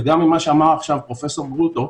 גם ממה שאמר עכשיו פרופ' גרוטו,